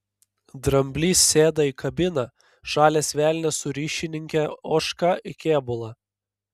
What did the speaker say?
dramblys sėda į kabiną žalias velnias su ryšininke ožka į kėbulą